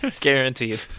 Guaranteed